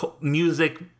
music